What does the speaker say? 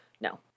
no